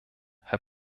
herr